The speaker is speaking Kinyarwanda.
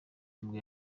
nibwo